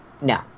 No